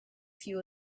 few